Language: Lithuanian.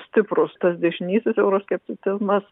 stiprus tas dešinysis euroskepticizmas